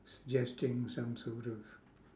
suggesting some sort of